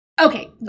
Okay